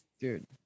dude